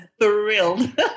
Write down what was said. thrilled